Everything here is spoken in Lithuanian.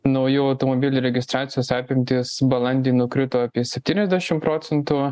naujų automobilių registracijos apimtys balandį nukrito apie septyniasdešim procentų